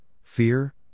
fear